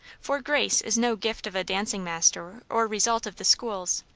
for grace is no gift of a dancing-master or result of the schools.